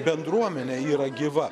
bendruomenė yra gyva